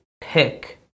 pick